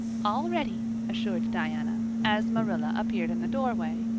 all ready, assured diana, as marilla appeared in the doorway,